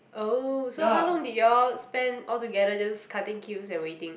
oh so how long did you all spend all together just cutting queues and waiting